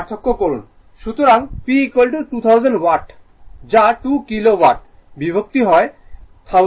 সুতরাং P 2000 watt যা 2 kilowatt বিভক্ত হয় 1000 দ্বারা